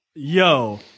Yo